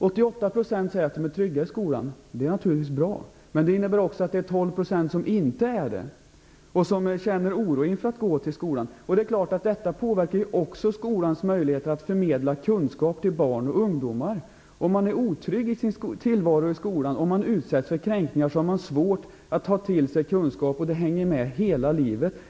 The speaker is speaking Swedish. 88 % säger att de är trygga i skolan, och det är naturligtvis bra, men det innebär också att 12 % inte är det utan känner oro inför att gå till skolan. Detta påverkar naturligtvis också skolans möjligheter att förmedla kunskap till barn och ungdomar. Om man är otrygg i sin tillvaro i skolan och utsätts för kränkningar, har man svårt att ta till sig kunskap, och det hänger med hela livet.